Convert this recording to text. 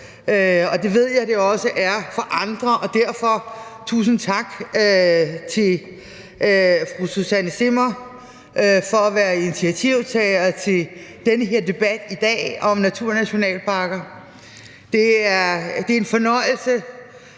det ved jeg det også er for andre. Derfor tusind tak til fru Susanne Zimmer for at være initiativtager til den her debat i dag om naturnationalparker. Det er en fornøjelse